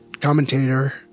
commentator